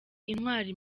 intwari